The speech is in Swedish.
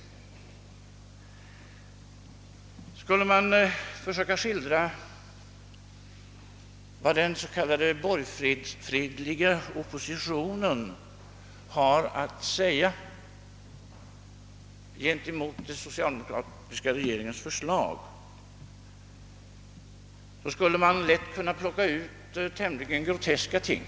Skulle: man försöka skildra vad den s.k. borgfredliga oppositionen har att anföra gentemot den socialdemokratiska regeringens förslag, kunde man lätt plocka ut tämligen groteska ting.